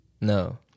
No